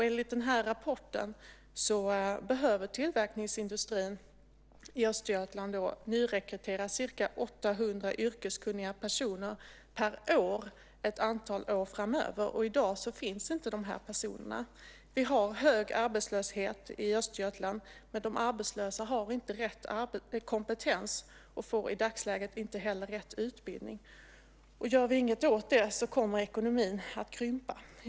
Enligt den här rapporten behöver tillverkningsindustrin i Östergötland nyrekrytera ca 800 yrkeskunniga personer per år ett antal år framöver, och i dag finns inte de här personerna. Vi har hög arbetslöshet i Östergötland, men de arbetslösa har inte rätt kompetens och får i dagsläget inte heller rätt utbildning. Gör vi inget åt det kommer ekonomin att krympa.